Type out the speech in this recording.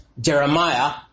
Jeremiah